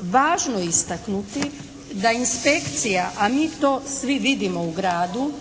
važno istaknuti da inspekcija a mi to svi vidimo u gradu